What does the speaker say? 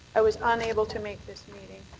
i was unable to make this meeting.